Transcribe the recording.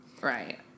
Right